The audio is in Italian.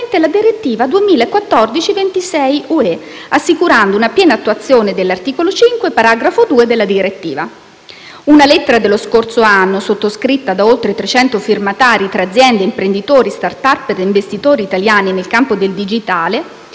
Una lettera dello scorso anno, sottoscritta da oltre trecento firmatari tra aziende, imprenditori, *startupper* e investitori italiani nel campo del digitale,